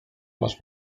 masz